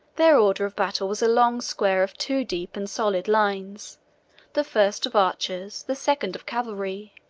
their order of battle was a long square of two deep and solid lines the first of archers, the second of cavalry.